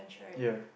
ya